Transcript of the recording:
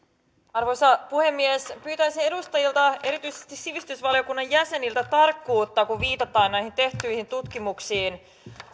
arvoisa puhemies pyytäisin edustajilta erityisesti sivistysvaliokunnan jäseniltä tarkkuutta kun viitataan näihin tehtyihin tutkimuksiin